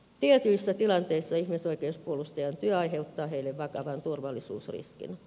tietyissä tilanteissa ihmisoikeuspuolustajien työ aiheuttaa heille vakavan turvallisuusriskin